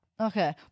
Okay